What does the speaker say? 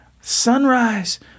sunrise